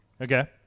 Okay